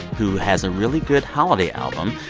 who has a really good holiday album.